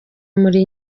muri